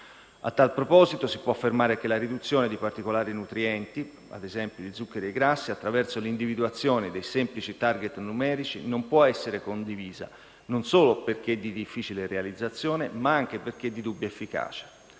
A tal proposito si può affermare che la riduzione di particolari nutrienti, ad esempio zuccheri e grassi, attraverso l'individuazione di semplici *target* numerici, non può essere condivisa non solo perché di difficile realizzazione ma anche perché di dubbia efficacia.